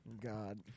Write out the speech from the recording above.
God